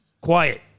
Quiet